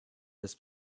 this